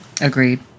Agreed